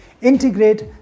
Integrate